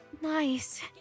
Nice